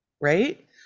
right